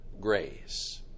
grace